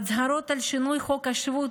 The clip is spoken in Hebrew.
ההצהרות על שינוי חוק השבות,